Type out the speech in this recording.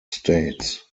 states